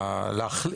יהיו,